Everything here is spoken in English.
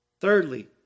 Thirdly